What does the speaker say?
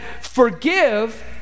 forgive